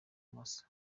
masa